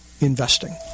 investing